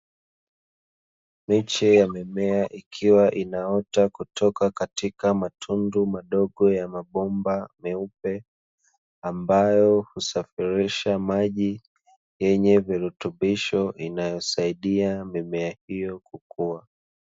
Miche ya mimea, ikiwa inaota kutoka katika matundu madogo ya mabomba meupe, ambayo husafirisha maji yenye virutubisho inayosaidia mimea hiyo kukua.